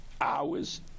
hours